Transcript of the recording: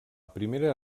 primera